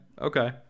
okay